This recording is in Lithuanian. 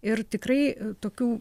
ir tikrai tokių